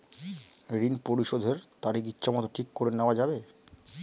ঋণ পরিশোধের তারিখ ইচ্ছামত ঠিক করে নেওয়া যাবে?